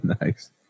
Nice